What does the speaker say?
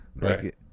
Right